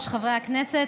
הכנסת,